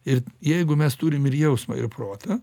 ir jeigu mes turim ir jausmą ir protą